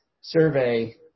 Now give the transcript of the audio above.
survey